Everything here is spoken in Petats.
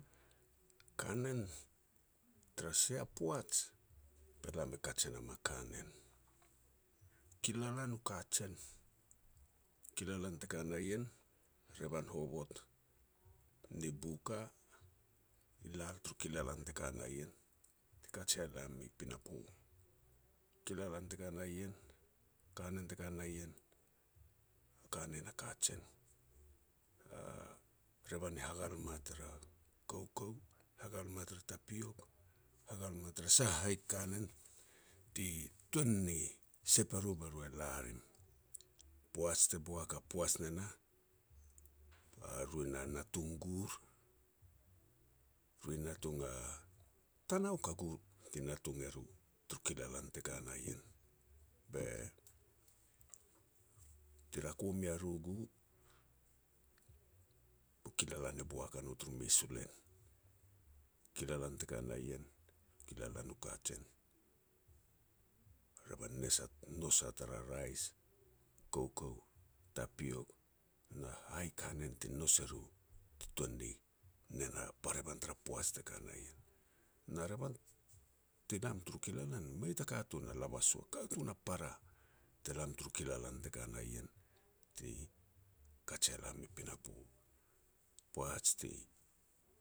Kanen Tara sia poaj be lam e kaj e nam a kanen. Kilalan u kajen. Kilalan te ka na ien, revan hovot ni Buka i lam taru kilalan te ka na ien, ti kaj ia lam i pinapo. Kilalan te ka na ien, kanen te ka na ien, kanen a kajen. A revan i hagal ma tara koukou, hagal ma taru tapiok, hagal ma tara sah hai kanen ti tuan ni sep eru, be ru e la rim. Poaj te boak a poaj ne nah, ba ru na natung gur, ru natung a tanauk a gu ti natung eru turu kilalan te ka na yen. Be, ti rako mea ru gu, bu kilalan e boak a no turu mes u len, kilalan te ka na ien, kilalan u kajen. Revan i nous a tara rais, koukou, tapiok na hai kanen ti nous e ru ti tuan ni nen a barevan tara poaj te ka na ien, na revan ti lam turu kilalan mei ta katun ta lavas u, katun a para te lam turu kilalan te ka na ien ti kats ia lam i pinapo. Poaj ti